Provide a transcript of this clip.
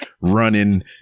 running